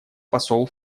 посол